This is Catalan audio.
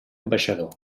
ambaixador